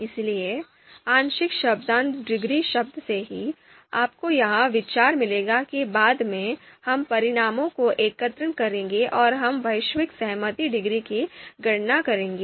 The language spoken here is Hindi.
इसलिए आंशिक शब्दांश डिग्री शब्द से ही आपको यह विचार मिलेगा कि बाद में हम परिणामों को एकत्र करेंगे और हम वैश्विक सहमति डिग्री की गणना करेंगे